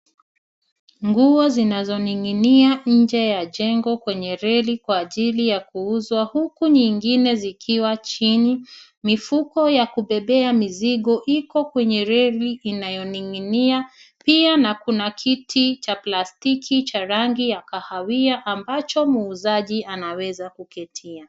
Nguo zinazoning'inia nje ya jengo kwenye reli kwa ajili ya kuuzwa huku nyingine zikiwa chini. Mifuko ya kubebea mizigo iko kwenye reli inayoning'inia, pia na kuna kiti cha plastiki cha rangi ya kahawia ambacho muuzaji anaweza kuketia.